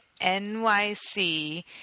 NYC